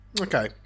Okay